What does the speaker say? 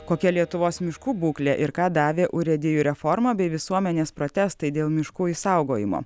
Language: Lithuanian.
kokia lietuvos miškų būklė ir ką davė urėdijų reformą bei visuomenės protestai dėl miškų išsaugojimo